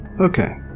Okay